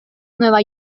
nueva